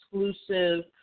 exclusive